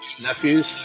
nephews